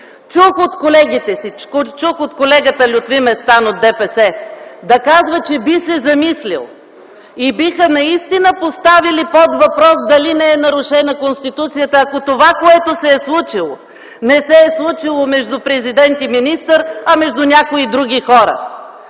5 и чл. 4. Чух от колегата Лютви Местан от ДПС да казва, че би се замислил и биха наистина поставили под въпрос дали не е нарушена Конституцията, ако това, което се е случило, не се е случило между президент и министър, а между някои други хора.